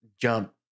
jump